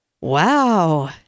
Wow